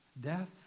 Death